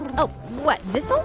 oh, what? this old